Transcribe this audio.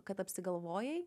kad apsigalvojai